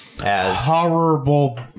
Horrible